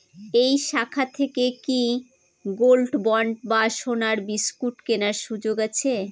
এই শাখা থেকে কি গোল্ডবন্ড বা সোনার বিসকুট কেনার সুযোগ আছে?